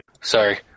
Sorry